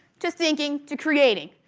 to thinking to creating,